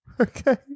Okay